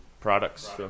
products